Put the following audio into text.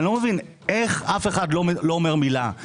אני לא מבין איך אף אחד לא אומר מילה,